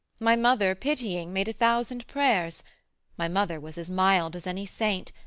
my mother pitying made a thousand prayers my mother was as mild as any saint,